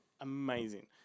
amazing